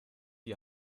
die